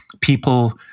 people